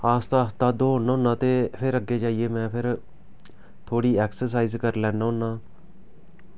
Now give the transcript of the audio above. आस्ता आस्ता दौड़ना होन्ना ते फिर अग्गे जाइयै में फिर थोह्ड़ी एक्सरसाईज करी लैन्ना होन्ना